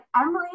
Emily